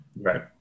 Right